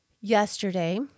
yesterday